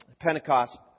Pentecost